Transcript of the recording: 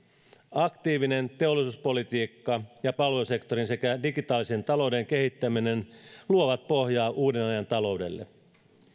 aktiivinen teollisuuspolitiikka ja palvelusektorin sekä digitaalisen talouden kehittäminen luovat pohjaa uuden ajan taloudelle